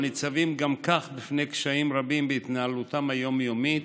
הניצבים גם כך בפני קשיים רבים בהתנהלותם היום-יומית,